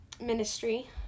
ministry